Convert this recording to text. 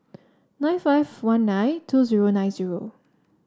nine five one nine two zero nine zero